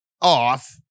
off